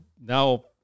now